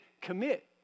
commit